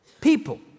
people